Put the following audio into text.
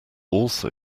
also